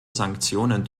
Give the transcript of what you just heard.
sanktionen